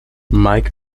mike